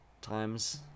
times